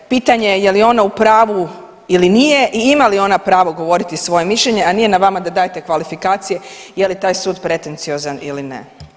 Pitanje je li ona u pravu ili nije i ima li ona pravo govoriti svoje mišljenje, a nije na vama da dajete kvalifikacije je li taj sud pretenciozan ili ne.